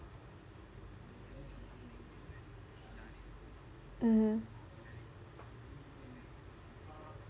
mmhmm